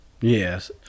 yes